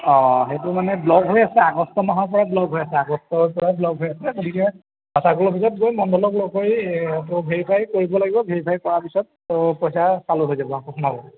অঁ সেইটো মানে ব্লক হৈ আছে আগষ্ট মাহৰ পৰা ব্লক হৈ আছে আগষ্টৰ পৰাই ব্লক হৈ আছে গতিকে আ চাৰ্কল অফিছত গৈ মণ্ডলক লগ ধৰি অব ভেৰিফাই কৰিব লাগিব ভেৰিফাই কৰাৰ পিছত ত' পইচা চালু হৈ যাব আকৌ সোমাব